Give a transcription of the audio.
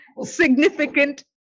significant